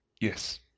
Yes